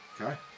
Okay